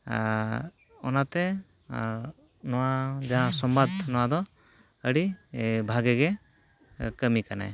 ᱟᱨ ᱚᱱᱟᱛᱮ ᱟᱨ ᱱᱚᱣᱟ ᱡᱟᱦᱟᱸ ᱥᱚᱢᱵᱟᱫᱽ ᱱᱚᱣᱟᱫᱚ ᱟᱹᱰᱤ ᱵᱷᱟᱜᱮ ᱜᱮ ᱠᱟᱹᱢᱤ ᱠᱟᱱᱟᱭ